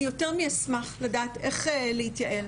אני יותר מאשמח לדעת איך להתייעל.